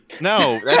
No